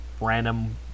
random